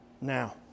Now